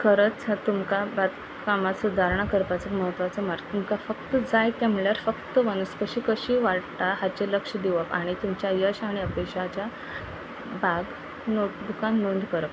खरोच हो तुमकां कामाक सुदारणां करपाचो म्हत्वाचो मार्ग तुमकां फक्त जाय ते म्हळ्यार फक्त वन्सपत कशी कशी वाडटा हाचे लक्ष दिवप आनी तुमच्या यश आनी अपेक्षाच्या भाग नोट बुकान नोंद करप